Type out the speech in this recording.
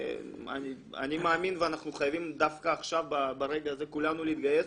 אנחנו חייבים דווקא ברגע הזה כולנו להתגייס,